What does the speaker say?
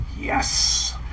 Yes